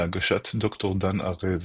בהגשת ד"ר דן ערב,